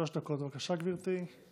שלוש דקות, בבקשה, גברתי.